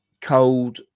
cold